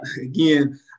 again